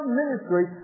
ministry